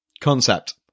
concept